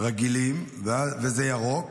רגילים וזה ירוק,